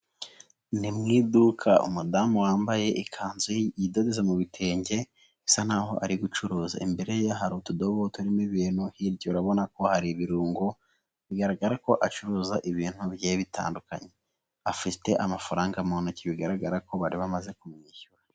Ni mu iduka. Umudamu wambaye ikanzu idoze mu bitenge bisa naho ari gucuruza. Imbere ye hari utudobo turimo ibintu. Hirya urabona ko hari ibirungo bigaragara ko acuruza ibintu bigiye bitandukanye. Afite amafaranga mu ntoki bigaragara ko bari bamaze kumwishyura.